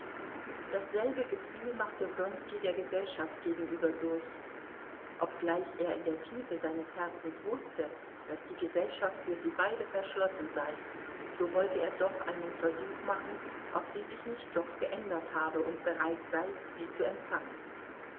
dasselbe gefühl machte wronski der gesellschaft gegenüber durch obgleich er in der tiefe seines herzens wußte daß die gesellschaft für sie beide verschlossen sei so wollte er doch einen versuch machen ob sie sich nicht doch geändert habe und bereit sei sie zu empfangen